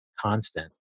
constant